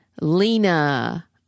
Lena